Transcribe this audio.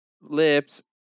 lips